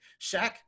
Shaq